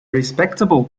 respectable